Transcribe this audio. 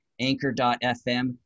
anchor.fm